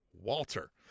Walter